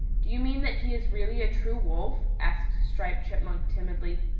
do you mean that he is really a true wolf? asked striped chipmunk timidly.